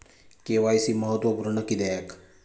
KYC महत्त्वपुर्ण किद्याक?